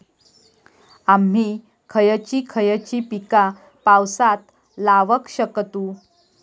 आम्ही खयची खयची पीका पावसात लावक शकतु?